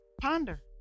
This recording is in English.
Ponder